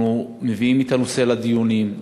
אנחנו מביאים את הנושא לדיונים,